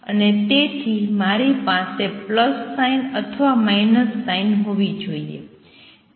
અને તેથી મારી પાસે પ્લસ સાઇન અથવા માઇનસ સાઇન હોવી જોઈએ